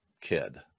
kid